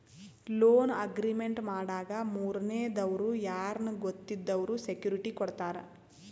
loan agreement ಮಾಡಾಗ ಮೂರನೇ ದವ್ರು ಯಾರ್ನ ಗೊತ್ತಿದ್ದವ್ರು ಸೆಕ್ಯೂರಿಟಿ ಕೊಡ್ತಾರ